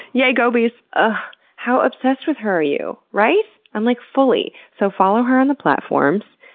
yay, gobies! ah how obsessed with her are you? right? i'm like, fully. so, follow her on the platforms.